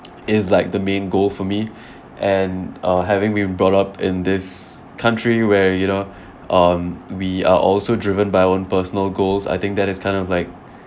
it is like the main goal for me and uh having been brought up in this country where you know um we are also driven by own personal goals I think that is kind of like